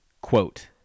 Quote